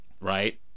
right